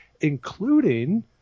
including